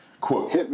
Quote